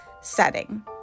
setting